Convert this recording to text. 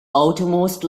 outermost